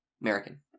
American